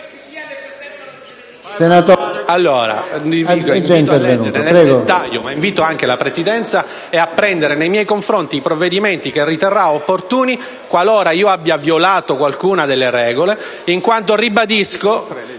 E invito anche la Presidenza ad adottare nei miei confronti i provvedimenti che riterrà opportuni qualora io abbia violato qualcuna delle regole. Sono pronto a